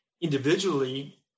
individually